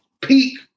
peak